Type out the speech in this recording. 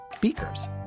Beakers